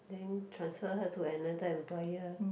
then transfer her to another employer